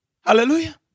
Hallelujah